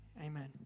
Amen